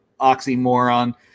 oxymoron